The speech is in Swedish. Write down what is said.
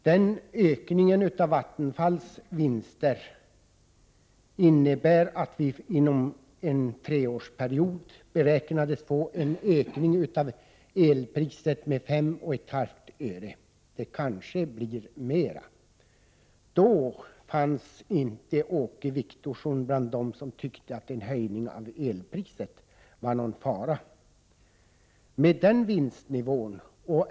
Den ökningen av Vattenfalls vinster innebär att vi inom en treårsperiod beräknas få en ökning av elpriset med 5,5 öre, kanske mer. Då fanns inte Åke Wictorsson bland dem som tyckte att det var en fara med att höja elpriset.